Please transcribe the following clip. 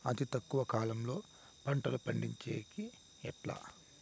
అతి తక్కువ కాలంలో పంటలు పండించేకి ఎట్లా?